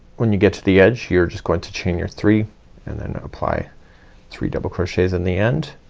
when you get to the edge, you're just going to chain your three and then apply three double crochets in the end.